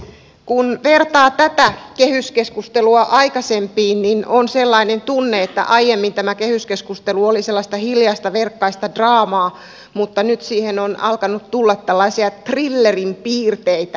kun vertaa tätä kehyskeskustelua aikaisempiin on sellainen tunne että aiemmin kehyskeskustelu oli hiljaista verkkaista draamaa mutta nyt siihen on alkanut tulla trillerin piirteitä